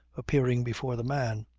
appearing before the man.